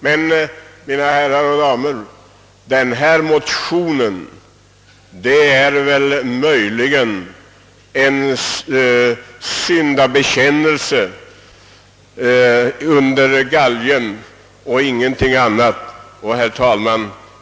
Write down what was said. Men, mina damer och herrar, den föreliggande motionen är inte något annat än möjligen en omvändelse under galgen. Herr talman!